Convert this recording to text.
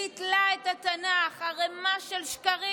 ביטלה את התנ"ך, ערמה של שקרים.